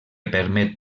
permet